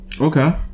Okay